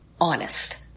Honest